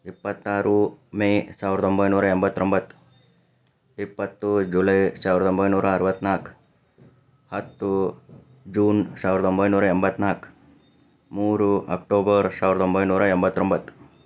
ಇಪ್ಪತ್ತಾರು ಮೇ ಸಾವಿರದ ಒಂಬೈನೂರ ಎಂಬತ್ತೊಂಬತ್ತು ಇಪ್ಪತ್ತು ಜುಲೈ ಸಾವಿರದ ಒಂಬೈನೂರ ಅರುವತ್ತ ನಾಲ್ಕು ಹತ್ತು ಜೂನ್ ಸಾವಿರದ ಒಂಬೈನೂರ ಎಂಬತ್ತ ನಾಲ್ಕು ಮೂರು ಅಕ್ಟೋಬರ್ ಸಾವಿರದ ಒಂಬೈನೂರ ಎಂಬತ್ತೊಂಬತ್ತು